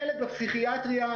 ילד בפסיכיאטריה,